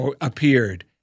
appeared